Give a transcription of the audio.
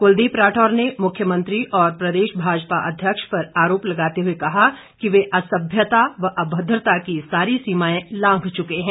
कुलदीप राठौर ने मुख्यमंत्री और प्रदेश भाजपा अध्यक्ष पर आरोप लगाते हुए कहा कि वे असभ्यता व अभद्रता की सारी सीमाएं लांघ चुके हैं